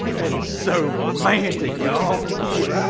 that is so romantic ya'll. yeah.